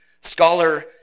Scholar